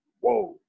whoa